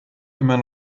immer